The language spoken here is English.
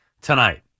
tonight